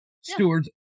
stewards